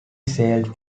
sailed